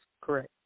correct